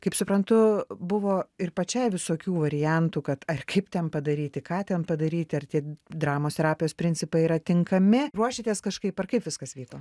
kaip suprantu buvo ir pačiai visokių variantų kad ar kaip ten padaryti ką ten padaryti ar tie dramos terapijos principai yra tinkami ruošėtės kažkaip ar kaip viskas vyko